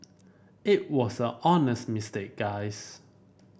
it was an honest mistake guys